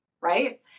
Right